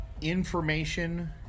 information